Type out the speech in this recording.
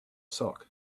sock